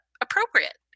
appropriate